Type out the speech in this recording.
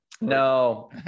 no